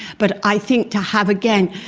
but i think to have, again,